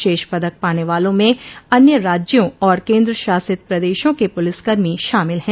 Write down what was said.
शेष पदक पाने वालों में अन्य राज्यों और केन्द्रशासित प्रदेशों के पुलिसकर्मी शामिल है